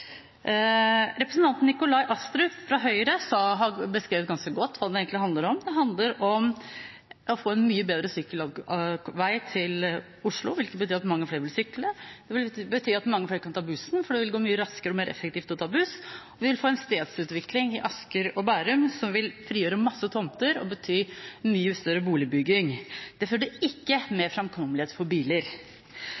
Representanten Nikolai Astrup fra Høyre har beskrevet ganske godt hva det egentlig handler om. Det handler om å få en mye bedre sykkelvei til Oslo, hvilket vil bety at mange flere vil sykle, det vil bety at mange flere kan ta bussen, for det vil gå mye raskere og være mer effektivt å ta buss, og vi vil få en stedsutvikling i Asker og Bærum som vil frigjøre mange tomter og bety mye større boligbygging. Det fordrer ikke